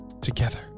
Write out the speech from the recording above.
together